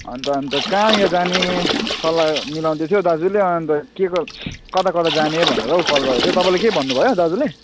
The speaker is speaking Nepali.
अन्त अन्त कहाँनिर जाने सल्लाह मिलाउँदै थियो दाजुले अन्त के क कता कता जाने भनेर हौ कल गरेको थिएँ तपाईँलाई केही भन्नु भयो दाजुले